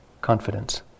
confidence